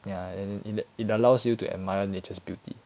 ya and then it it allows you to admire nature's beauty